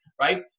right